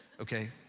okay